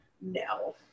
No